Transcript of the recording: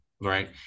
right